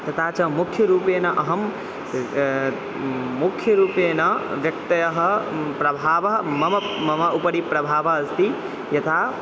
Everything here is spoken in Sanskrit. तथा च मुख्यरूपेण अहं मुख्यरूपेण व्यक्तयः प्रभावः मम मम उपरि प्रभावः अस्ति यथा